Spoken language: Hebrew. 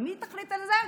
ומי תחליט על זה?